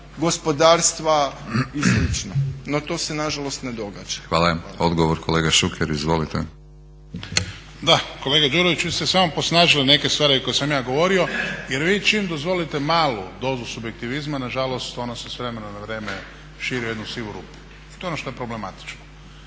gospodarstva i slično, no to se na žalost ne događa. **Batinić, Milorad (HNS)** Hvala. Odgovor kolega Šuker, izvolite. **Šuker, Ivan (HDZ)** Da, kolega Đurović vi ste samo posnažili neke stvari koje sam ja govorio jer vi čim dozvolite malu dozu subjektivizma na žalost ono se s vremena na vrijeme širi u jednu sivu rupu i to je ono što je problematično.